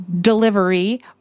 delivery